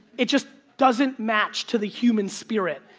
it just doesn't match to the human spirit.